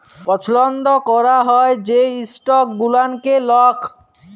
পছল্দ ক্যরা হ্যয় যে ইস্টক গুলানকে লক